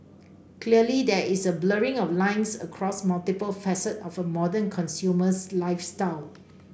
clearly there is a blurring of lines across multiple facets of a modern consumer's lifestyle